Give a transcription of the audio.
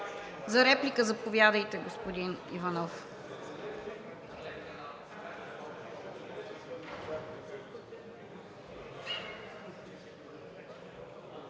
За реплика? Заповядайте, господин Иванов.